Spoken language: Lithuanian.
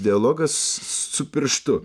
dialogas su pirštu